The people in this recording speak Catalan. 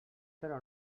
però